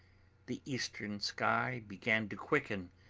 the eastern sky began to quicken,